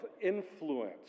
influence